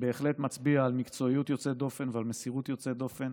בהחלט מצביע על מקצועיות יוצאת דופן ועל מסירות יוצאת דופן.